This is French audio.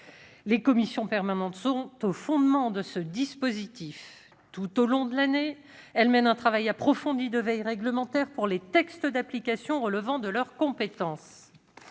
Les commissions permanentes sont au fondement de ce dispositif. Tout au long de l'année, elles mènent un travail approfondi de veille réglementaire pour les textes d'application relevant de leur compétence.